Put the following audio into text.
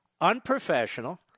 unprofessional